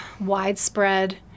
widespread